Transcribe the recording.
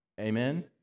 Amen